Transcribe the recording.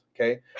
Okay